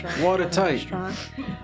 Watertight